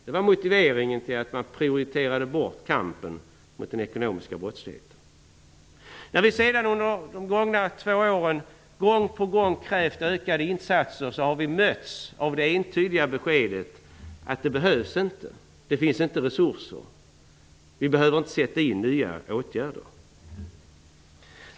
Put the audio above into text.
Det var motiveringen till att man tog bort prioriteringen för kampen mot den ekonomiska brottsligheten. Under de gångna två åren har vi gång på gång krävt ökade insatser. Vi har då mötts av det entydiga beskedet att det inte behövs, det finns inte resurser och man behöver inte sätta in nya åtgärder.